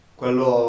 quello